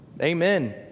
Amen